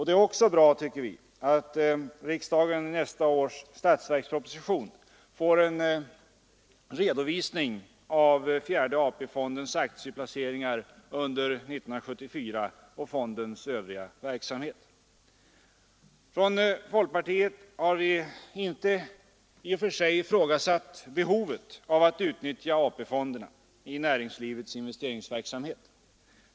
Det är också bra, tycker vi, att riksdagen i nästa års statsverksproposition får en redovisning av fjärde AP-fondens aktieplaceringar under 1974 och Från folkpartiets sida har vi inte i och för sig ifrågasatt behovet av att utnyttja AP-fonderna i näringslivets investeringsverksamhet.